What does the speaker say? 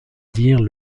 dire